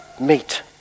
meet